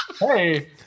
hey